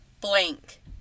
blank